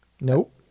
Nope